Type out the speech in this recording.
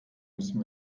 müssen